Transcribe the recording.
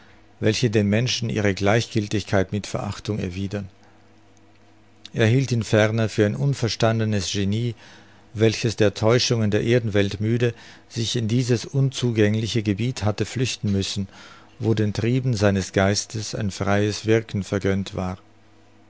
welche den menschen ihre gleichgiltigkeit mit verachtung erwidern er hielt ihn ferner für ein unverstandenes genie welches der täuschungen der erdenwelt müde sich in dieses unzugängliche gebiet hatte flüchten müssen wo den trieben seines geistes ein freies wirken vergönnt war